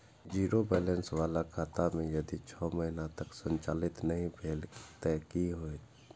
Zero balance बाला खाता में यदि छः महीना तक संचालित नहीं भेल ते कि होयत?